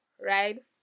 right